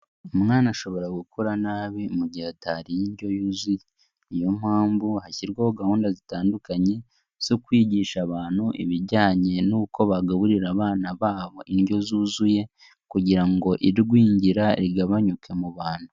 Umwana ashobora gukura nabi mu gihe atariye indyo yuzuye, niyo mpamvu hashyirwaho gahunda zitandukanye zo kwigisha abantu ibijyanye n'uko bagaburira abana babo indyo zuzuye kugira ngo igwingira rigabanyuke mu bantu.